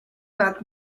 nad